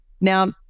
Now